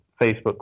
Facebook